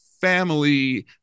family